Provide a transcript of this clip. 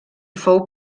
fou